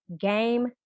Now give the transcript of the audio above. game